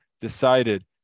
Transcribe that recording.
decided